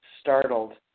startled